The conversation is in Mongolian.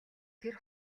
тэр